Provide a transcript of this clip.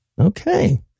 Okay